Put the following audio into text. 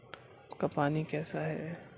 اس کا پانی کیسا ہے